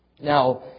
Now